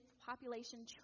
population